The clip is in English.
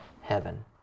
heaven